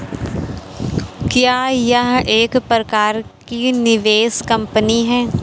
क्या यह एक प्रकार की निवेश कंपनी है?